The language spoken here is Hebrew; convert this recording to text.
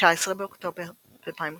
19 באוקטובר 2016